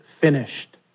finished